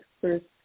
First